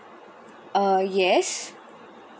uh yes